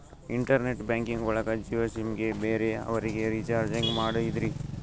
Internet banking ಒಳಗ Jio sim ಗೆ ಬೇರೆ ಅವರಿಗೆ ರೀಚಾರ್ಜ್ ಹೆಂಗ್ ಮಾಡಿದ್ರಿ?